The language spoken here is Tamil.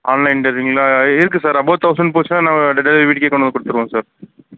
ஆன்லைன் டெலிவரிங்களா இருக்கு சார் அபோ தௌசண்ட் போச்சுன்னா நாங்கள் டெலிவரி வீட்டுக்கே கொண்டு வந்து கொடுத்துடுவோம் சார்